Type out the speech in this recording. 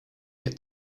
get